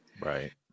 Right